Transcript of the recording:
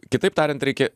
kitaip tariant reikia